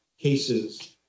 cases